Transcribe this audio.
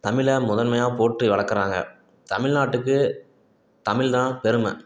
தமிழை முதன்மையாக போற்றி வளர்க்குறாங்க தமிழ்நாட்டுக்கு தமிழ்தான் பெருமை